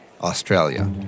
Australia